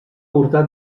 portar